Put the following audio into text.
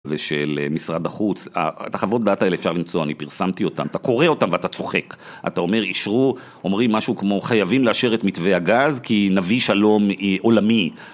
ושל משרד החוץ, את החברות דאטה האלה אפשר למצוא, אני פרסמתי אותן, אתה קורא אותן ואתה צוחק, אתה אומר אישרו, אומרים משהו כמו חייבים לאשר את מתווה הגז כי נביא שלום עולמי